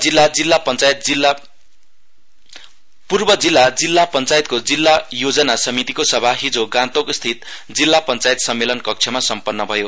district planning पूर्व जिल्ला जिल्ला पञ्चायतको जिल्ला योजना समितिको सभा हिजो गान्तोकस्थित जिल्ला पञ्चायत सम्मेलन कक्षमा सम्पन्न भयो